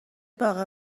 باغ